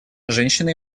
женщины